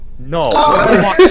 No